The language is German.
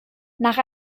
nach